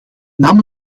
name